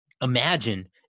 imagine